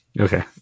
Okay